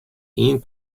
ien